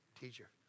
teacher